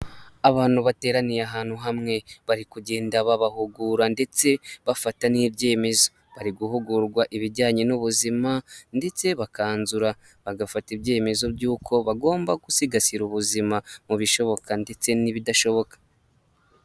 Abantu bateraniye ahantu hamwe bari kugenda babahugura, ndetse bafata n'ibyemezo, bari guhugurwa ibijyanye n'ubuzima ndetse bakanzura, bagafata ibyemezo by'uko bagomba gusigasira ubuzima mu bishoboka ndetse n'ibidashoboka.